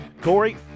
Corey